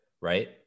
right